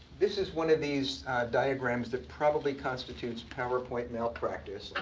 this is one of these diagrams that probably constitutes powerpoint malpractice.